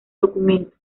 documento